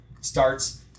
starts